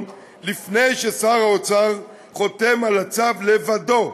לפני ששר האוצר חותם על הצו לבדו,